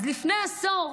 אז לפני עשור,